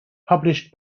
published